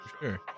Sure